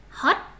hot